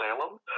salem